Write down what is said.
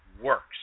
works